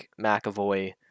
McAvoy